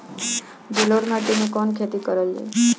जलोढ़ माटी में कवन खेती करल जाई?